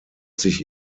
sich